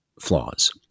flaws